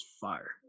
fire